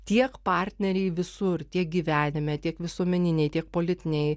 tiek partneriai visur tiek gyvenime tiek visuomeninėj tiek politinėj